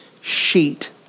sheet